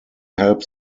help